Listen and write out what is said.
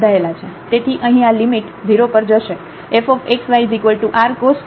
તેથી અહીં આ લિમિટ 0 પર જશે